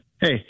Hey